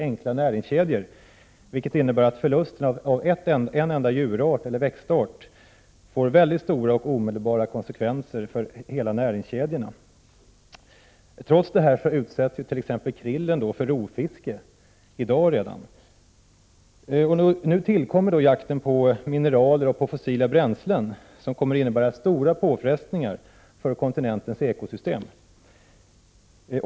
enkla näringskedjor, vilket innebär att förlusten av en enda djurart eller växtart får mycket stora och omedelbara konsekvenser för hela näringskedjan. Trots detta så utsätter man t.ex. krillen för rovfiske redan i dag. Nu tillkommer också jakten på mineraler och fossila bränslen. Det kommer att innebära stora påfrestningar på kontinentens ekosystem.